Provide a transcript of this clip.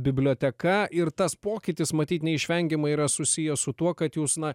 biblioteka ir tas pokytis matyt neišvengiamai yra susijęs su tuo kad jūs na